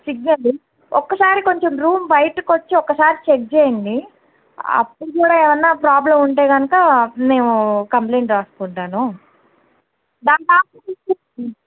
సిగ్నళ్ళు ఒక్కసారి కొంచెం రూం బయటికి వచ్చి ఒకసారి చెక్ చేయండి అప్పుడు కూడా ఏమైనా ప్రాబ్లమ్ ఉంటే కనుకా మేము కంప్లైంట్ వ్రాసుకుంటాను